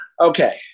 Okay